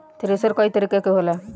thresher कई तरीका के होला